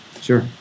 Sure